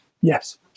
Yes